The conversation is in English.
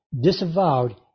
disavowed